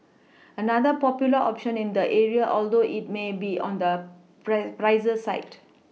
another popular option in the area although it may be on the pray pricier side